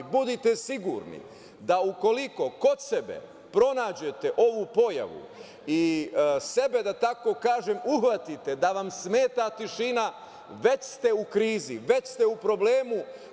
Budite sigurni da ukoliko kod sebe pronađete ovu pojavu i sebe da tako kažem uhvatite da vam smeta tišina, već ste u krizi, već ste u problemu.